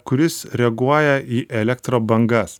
kuris reaguoja į elektrobangas